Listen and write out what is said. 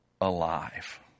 alive